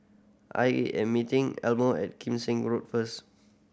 I A M meeting Elmo at Kim Seng Road first